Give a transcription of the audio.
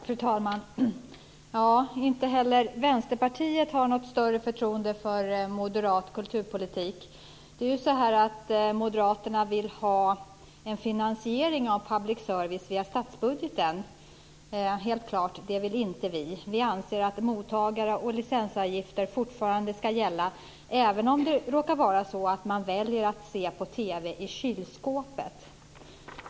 Fru talman! Inte heller Vänsterpartiet har något större förtroende för moderat kulturpolitik. Moderaterna vill ha en finansiering av public service via statsbudgeten. Det vill helt klart inte vi. Vi anser att mottagar och licensavgifter fortfarande ska gälla, även om det råkar vara så att man väljer att se på TV i kylskåpet.